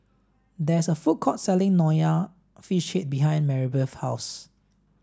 there is a food court selling Nonya Fish Head behind Maribeth's house